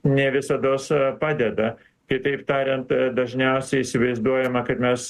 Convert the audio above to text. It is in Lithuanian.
ne visados padeda kitaip tariant dažniausiai įsivaizduojama kad mes